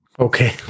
okay